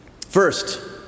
First